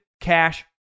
Cash